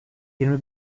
yirmi